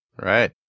Right